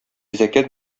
зәкят